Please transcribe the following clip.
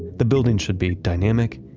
the building should be dynamic,